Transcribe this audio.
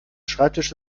schreibtisch